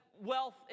wealth